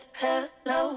hello